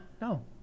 No